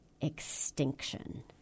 extinction